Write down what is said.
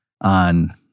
on